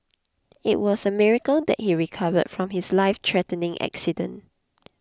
it was a miracle that he recovered from his lifethreatening accident